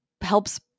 helps